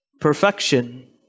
perfection